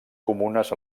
comunes